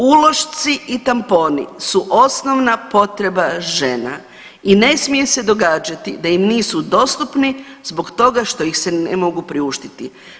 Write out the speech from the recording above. Ulošci i tamponi su osnovna potreba žena i ne smije se događati da im nisu dostupni zbog toga što ih se ne mogu priuštiti.